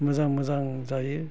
मोजां मोजां जायो